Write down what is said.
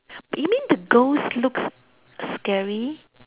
you mean the ghost looks scary